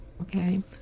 okay